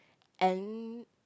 and